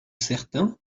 certain